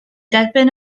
derbyn